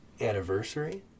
anniversary